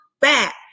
back